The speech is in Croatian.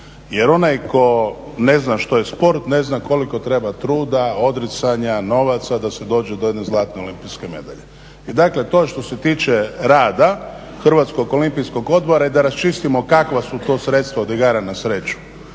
jer onaj tko ne zna što je sport, ne zna koliko treba truda, odricanja, novaca da se dođe do jedne zlatne olimpijske medalje. I dakle, to što se tiče rada Hrvatskog olimpijskog odbora i da raščistimo kakva su to sredstva od igara na sreću.